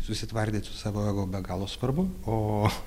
susitvardyti su savo ego be galo svarbu o